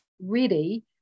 ready